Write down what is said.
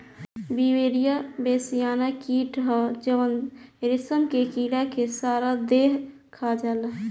Beauveria bassiana कीट ह जवन रेशम के कीड़ा के सारा देह खा जाला